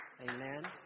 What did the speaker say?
Amen